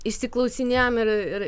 išsiklausinėjom ir ir